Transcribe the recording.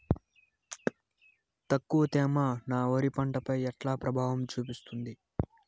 తక్కువ తేమ నా వరి పంట పై ఎట్లా ప్రభావం చూపిస్తుంది?